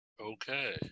Okay